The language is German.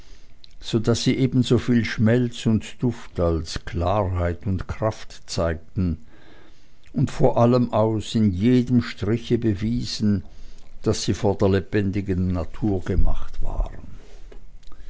so daß sie ebensoviel schmelz und duft als klarheit und kraft zeigten und vor allem aus in jedem striche bewiesen daß sie vor der lebendigen natur gemacht waren